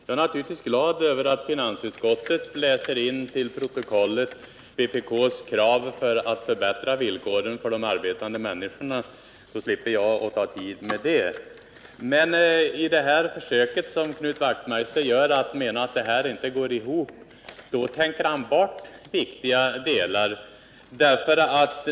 Herr talman! Jag är naturligtvis glad över att finansutskottets talesman läser in till protokollet vpk:s krav för att förbättra villkoren för de arbetande människorna, så slipper jag ta upp tid med det. Men när Knut Wachtmeister försöker säga att detta inte går ihop så glömmer han bort viktiga delar.